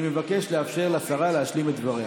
אני מבקש לאפשר לשרה להשלים את דבריה.